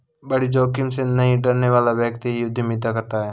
बड़ी जोखिम से नहीं डरने वाला व्यक्ति ही उद्यमिता करता है